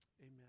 Amen